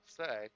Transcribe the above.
say